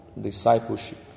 discipleship